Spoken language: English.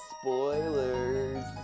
Spoilers